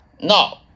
No